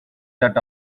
that